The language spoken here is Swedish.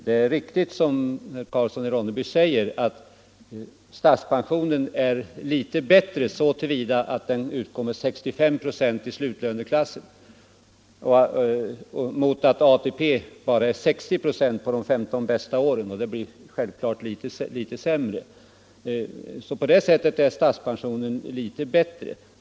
Det är riktigt som herr Karlsson i Ronneby 111 säger, att statspensionen är litet bättre så till vida att den utgår med 65 26 av lönen i slutlöneklassen, medan ATP ger 60 96 på genomsnittet för de 15 bästa åren, vilket självklart blir litet mindre.